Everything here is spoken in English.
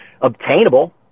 obtainable